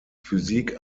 physik